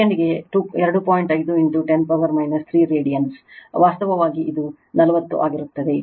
5 10ಪವರ್ 3 ರೇಡಿಯನ್ ವಾಸ್ತವವಾಗಿ ಇದು 40 40 ಆಗುತ್ತದೆ